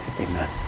amen